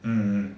mm mm